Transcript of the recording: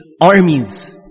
armies